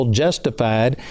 justified